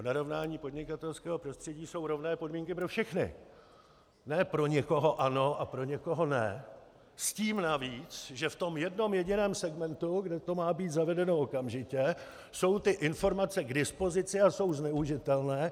Narovnání podnikatelského prostředí jsou rovné podmínky pro všechny, ne pro někoho ano a pro někoho ne, s tím navíc, že v tom jednom jediném segmentu, kde to má být zavedeno okamžitě, jsou ty informace k dispozici a jsou zneužitelné.